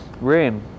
Rain